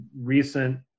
recent